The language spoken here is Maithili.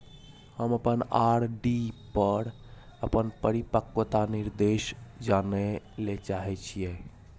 हम अपन आर.डी पर अपन परिपक्वता निर्देश जानय ले चाहय छियै